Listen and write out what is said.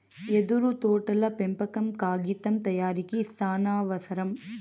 యెదురు తోటల పెంపకం కాగితం తయారీకి సానావసరం